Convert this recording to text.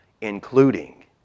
including